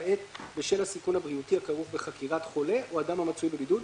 עת בשל הסיכון הבריאותי הכרוך בחקירת חולה או אדם המצוי בבידוד,